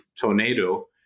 tornado